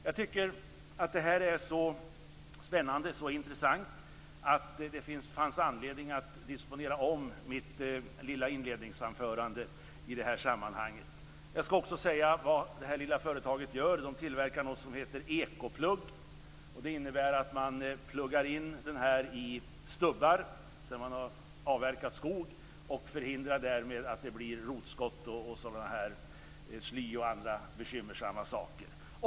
Jag tyckte att det här var så spännande och intressant att det fanns anledning att disponera om mitt lilla inledningsanförande i det här sammanhanget. Jag ska också tala om vad det här lilla företaget gör. Det tillverkar något som heter ekoplugg. Det innebär att man pluggar in ekoplugg i stubbar sedan man har avverkat skog och förhindrar därmed att det blir rotskott, sly och andra bekymmersamma saker.